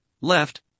left